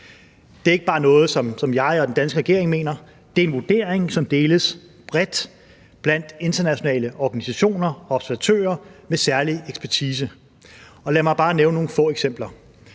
Det er ikke bare noget, som jeg og den danske regering mener – det er en vurdering, som deles bredt blandt internationale organisationer og observatører med særlig ekspertise. Og lad mig bare nævne nogle få eksempler.